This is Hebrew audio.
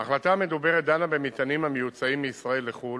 1. ההחלטה המדוברת דנה במטענים המיוצאים מישראל לחו"ל,